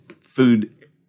food